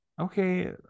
Okay